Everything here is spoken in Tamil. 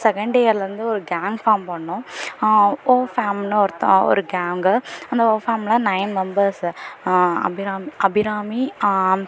செகண்ட் இயர்லிருந்து ஒரு கேங் ஃபார்ம் பண்ணிணோம் ஓ ஃபேமுன்னு ஒருத்த ஃபேமில் ஒரு கேங்கு அந்த ஓ ஃபேமில் நயன் மெம்பெர்ஸு அபிராமி அபிராமி